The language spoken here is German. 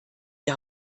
die